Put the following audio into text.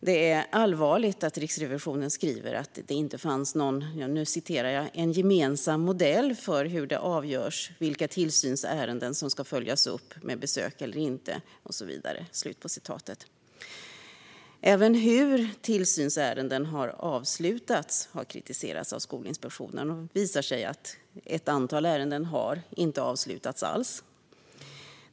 Det är allvarligt att Riksrevisionen skriver att det inte finns någon "gemensam modell för hur det avgörs vilka tillsynsärenden som ska följas upp med besök och inte". Även hur tillsynsärenden har avslutats av Skolinspektionen har kritiserats. Det har visat sig att ett antal ärenden inte har avslutats alls.